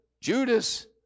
Judas